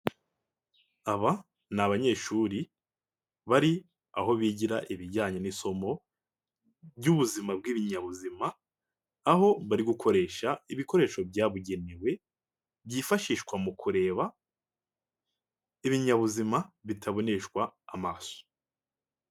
Aba ni abanyeshuri bari aho bigira ibijyanye n'isomo ry'ubuzima bw'ibinyabuzima. Aho bari gukoresha ibikoresho byabugenewe byifashishwa mu kureba ibinyabuzima bitaboneshwa amaraso.